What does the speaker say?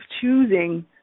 choosing